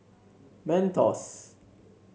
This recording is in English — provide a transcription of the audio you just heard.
Mentos